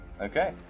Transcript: Okay